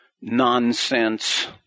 nonsense